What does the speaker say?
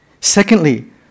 Secondly